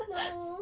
no